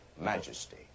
majesty